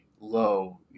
low